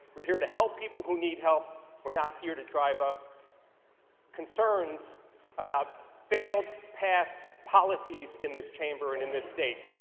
we're here to help people who need help, and we're not here to drive up concerns about failed past policies in this chamber and in this state.